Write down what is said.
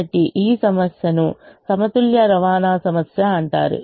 కాబట్టి ఈ సమస్యను సమతుల్య రవాణా సమస్య అంటారు